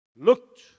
looked